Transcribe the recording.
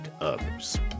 others